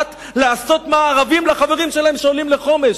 לעשות מארבים לחברים שלהם שעולים לחומש.